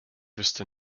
wüsste